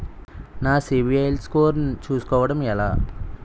నా CIBIL score చుస్కోవడం ఎలా?